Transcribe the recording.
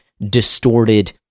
distorted